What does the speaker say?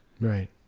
Right